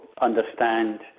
understand